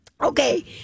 Okay